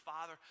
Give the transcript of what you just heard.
Father